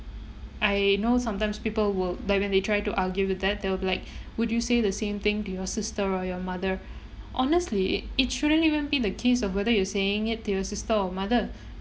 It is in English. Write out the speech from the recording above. I know sometimes people will like when they try to argue with that they'll be like would you say the same thing to your sister or your mother honestly it shouldn't even be the case of whether you're saying it to your sister or mother